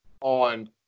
on